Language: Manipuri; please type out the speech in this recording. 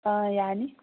ꯌꯥꯅꯤ